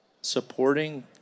supporting